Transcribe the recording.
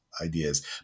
Ideas